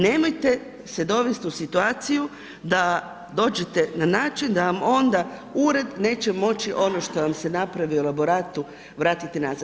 Nemojte se dovesti u situaciju da dođete na način da vam onda ured neće moći ono što vam se napravi u elaboratu vratiti nazad.